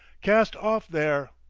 cast off, there!